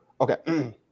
Okay